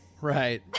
right